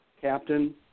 captain